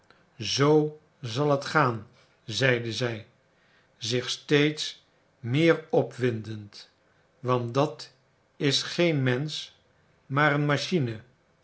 zoo zal het gaan zeide zij zich steeds meer opwindend want dat is geen mensch maar een machine